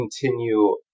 continue